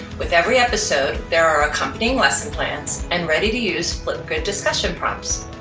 with every episode there are accompanying lesson plans and ready-to-use flipgrid discussion prompts.